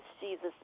Jesus